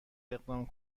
اقدام